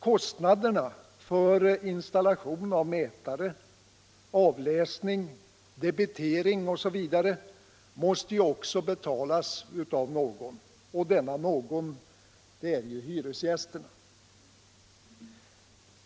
Kostnader för installation av mätare, avläsning, debitering osv. måste ju också betalas av någon, och denna någon är hyresgästen.